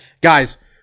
guys